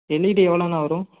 LED எவ்வளோனா வரும்